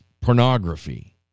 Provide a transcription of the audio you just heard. pornography